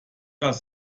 das